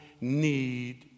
need